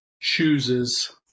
chooses